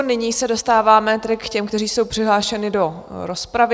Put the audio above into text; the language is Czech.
Nyní se dostáváme k těm, kteří jsou přihlášeni do rozpravy.